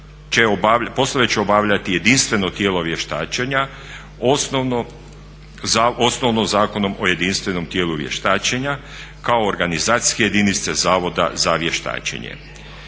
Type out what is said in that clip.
Poslove će obavljati jedinstveno tijelo vještačenja osnovno Zakonom o jedinstvenom tijelu vještačenja kao organizacijske jedinice Zavoda za vještačenje.